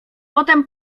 potem